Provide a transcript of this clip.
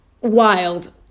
wild